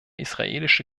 israelische